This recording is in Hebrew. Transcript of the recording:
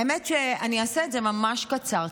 האמת שאני אעשה את זה ממש קצר,